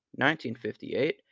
1958